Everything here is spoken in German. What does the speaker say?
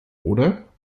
oder